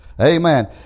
Amen